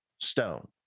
stone